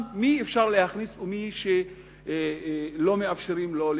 את מי אפשר להכניס ולמי לא מאפשרים להיכנס.